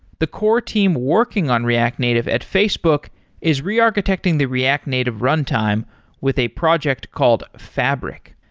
the core team working on react native at facebook is rearchitecting the react native runtime with a project called fabric.